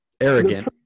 Arrogant